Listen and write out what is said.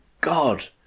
God